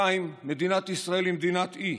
2. מדינת ישראל היא מדינת אי.